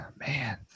Man